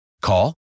Call